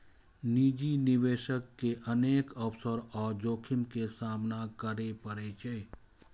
निजी निवेशक के अनेक अवसर आ जोखिम के सामना करय पड़ै छै